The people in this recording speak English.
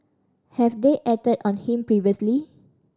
have they acted on him previously